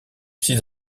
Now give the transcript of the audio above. six